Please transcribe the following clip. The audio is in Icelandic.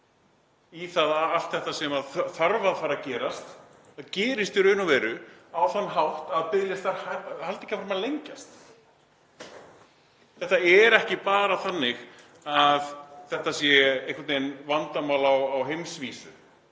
í því að allt þetta sem þurfi að gerast gerist í raun og veru á þann hátt að biðlistar haldi ekki áfram að lengjast? Þetta er ekki bara þannig að þetta sé einhvern veginn vandamál á heimsvísu.